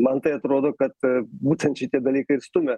man tai atrodo kad būtent šitie dalykai ir stumia